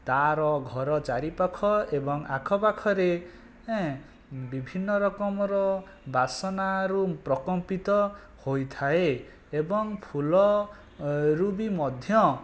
ତାର ଘର ଚାରିପାଖ ଏବଂ ଆଖପାଖରେ ହେଁ ବିଭିନ୍ନ ରକମର ବାସନାରୁ ପ୍ରକମ୍ପିତ ହୋଇଥାଏ ଏବଂ ଫୁଲରୁ ବି ମଧ୍ୟ